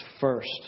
first